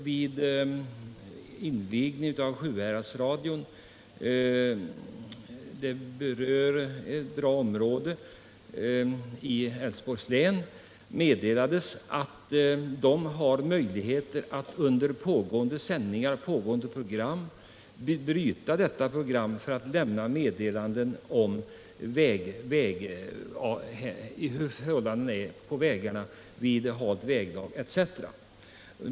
Vid in vigningen av lokalradion i Sjuhäradsbygden, alltså ett område i Älvsborgs län, meddelades sålunda att man där har möjligheter att bryta pågående program för att lämna meddelande om trafikförhållandena på våra vägar, t.ex. vid halt väglag.